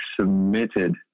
submitted